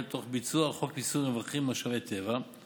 תוך ביצוע חוק מיסוי רווחים ממשאבי טבע,